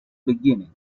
beginning